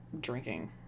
drinking